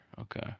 Okay